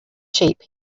sheep